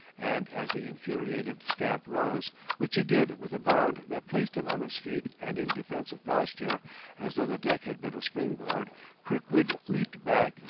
and as the infuriated scamp rose which he did with a bound that placed him on his feet and in defensive posture as though the deck had been a spring-board kirkwood leaped back,